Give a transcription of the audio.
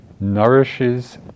nourishes